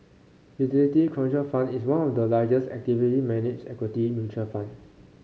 fidelity contra fund is one of the largest actively managed equity mutual fund